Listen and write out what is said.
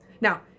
Now